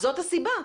זאת הסיבה.